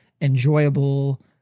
enjoyable